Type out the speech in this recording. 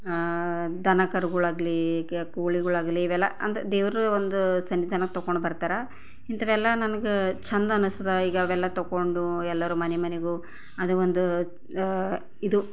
ದನಕರುಗಳಾಗಲಿ ಕ್ ಕೋಳಿಗಳಾಗಲಿ ಇವೆಲ್ಲ ಅಂದ್ರೂ ದೇವರು ಒಂದು ಸನ್ನಿಧಾನ ತೊಗೊಂಡು ಬರ್ತಾರೆ ಇಂಥವೆಲ್ಲ ನಮಗೆ ಚೆಂದ ಅನ್ನಿಸ್ತದೆ ಎಲ್ಲ ತೊಗೊಂಡು ಎಲ್ಲರ ಮನೆ ಮನೆಗೋಗಿ ಅದೇ ಒಂದು ಇದು